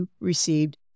received